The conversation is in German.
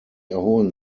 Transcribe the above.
erholen